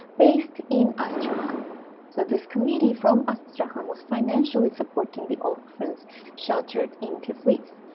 based in astrakhan so this committee from astrakhan was financially supporting the orphans sheltered in tiflis